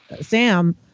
Sam